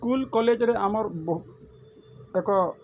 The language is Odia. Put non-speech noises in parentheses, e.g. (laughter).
ସ୍କୁଲ୍ କଲେଜ୍ରେ ଆମର୍ (unintelligible)